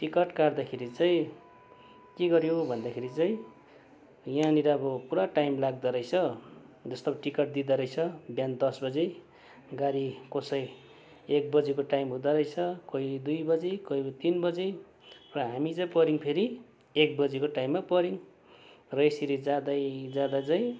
ticket काट्दाखेरि चाहिँ के गऱ्यो भन्दाखेरि चाहिँ यहाँनिर अब पुरा टाइम लाग्दोरहेछ जस्तो टिकट दिँदोरहेछ बिहान दस बजी गाडी कुनै एक बजीको टाइम हुँदोरहेछ कोही दुई बजी कोही तिन बजी र हामी चाहिँ पर्यौँ फेरि एक बजीको टाइममा पर्यौँ र यसरी जाँदै जाँदा चाहिँ